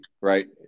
Right